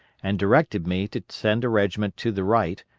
and directed me to send a regiment to the right,